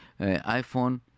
iPhone